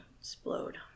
explode